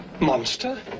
Monster